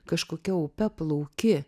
kažkokia upe plauki